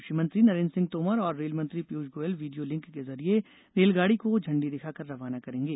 कृषि मंत्री नरेन्द्र सिंह तोमर और रेलमंत्री पीयूष गोयल वीडियो लिंक के जरिये रेलगाडी को झंडी दिखाकर रवाना करेंगे